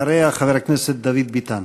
אחריה, חבר הכנסת דוד ביטן.